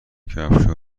کفشها